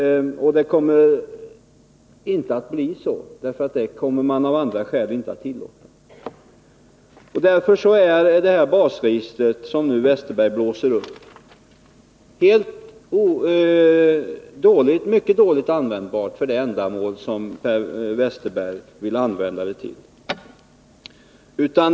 Det kommer inte heller att bli så, för det kommer man av andra skäl inte att tillåta. Därför är basregistret, som Per Westerberg nu blåser upp till något så effektivt, mycket dåligt och föga användbart för det ändamål som Per Westerberg vill använda det till.